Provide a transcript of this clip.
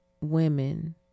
women